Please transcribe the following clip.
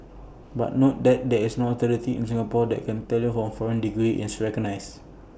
but note that there is no authority in Singapore that can tell foreign degree is recognised